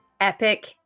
epic